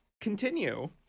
Continue